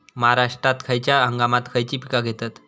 महाराष्ट्रात खयच्या हंगामांत खयची पीका घेतत?